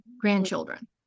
grandchildren